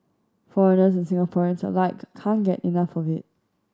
foreigners and Singaporeans alike can't get enough of it